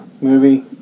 movie